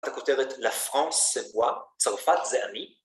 אתה כותב את "לה פרנס סה מואה", צרפת זה אני